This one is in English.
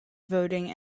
voting